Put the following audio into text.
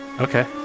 Okay